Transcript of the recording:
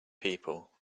people